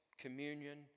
communion